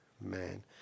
Man